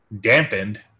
dampened